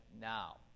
now